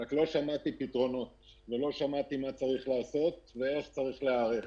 רק לא שמעתי פתרונות ולא שמעתי מה צריך לעשות ואיך צריך להיערך.